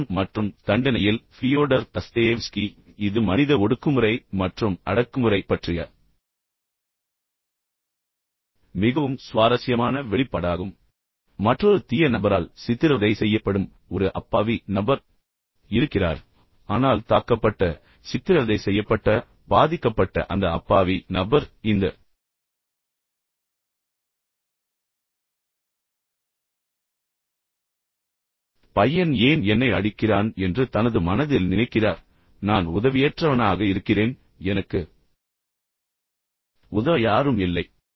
குற்றம் மற்றும் தண்டனையில் ஃபியோடர் தஸ்தயேவ்ஸ்கி இது மனித ஒடுக்குமுறை மற்றும் அடக்குமுறை பற்றிய மிகவும் சுவாரஸ்யமான வெளிப்பாடாகும் எனவே மற்றொரு தீய நபரால் சித்திரவதை செய்யப்படும் ஒரு அப்பாவி நபர் இருக்கிறார் ஆனால் தாக்கப்பட்ட சித்திரவதை செய்யப்பட்ட பாதிக்கப்பட்ட அந்த அப்பாவி நபர் இந்த பையன் ஏன் என்னை அடிக்கிறான் என்று தனது மனதில் நினைக்கிறார் பின்னர் நான் உதவியற்றவனாக இருக்கிறேன் எனக்கு உதவ யாரும் இல்லை